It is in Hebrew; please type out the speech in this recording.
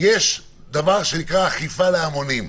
דבר שנקרא אכיפה להמונים.